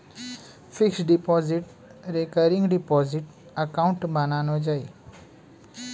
fixed deposit, recurring deposit account বানানো যায়